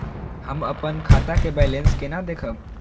हम अपन खाता के बैलेंस केना देखब?